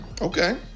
Okay